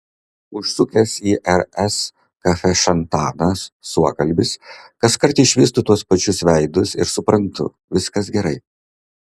užsukęs į rs kafešantaną suokalbis kaskart išvystu tuos pačius veidus ir suprantu viskas gerai